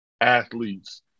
athletes